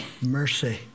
mercy